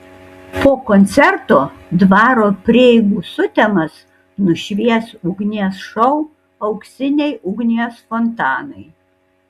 po koncerto dvaro prieigų sutemas nušvies ugnies šou auksiniai ugnies fontanai